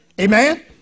Amen